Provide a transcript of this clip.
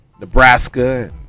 Nebraska